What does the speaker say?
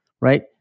right